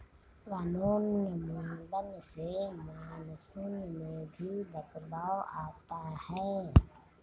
वनोन्मूलन से मानसून में भी बदलाव आता है